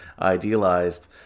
idealized